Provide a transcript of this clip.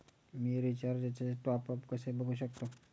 मी रिचार्जचे टॉपअप कसे बघू शकतो?